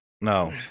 No